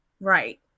Right